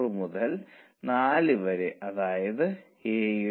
875 ആണെന്ന് നമ്മൾക്കറിയാം അതായത് 4